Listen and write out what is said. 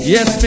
Yes